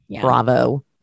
bravo